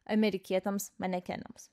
amerikietėms manekenėms